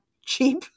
cheap